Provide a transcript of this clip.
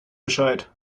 bescheid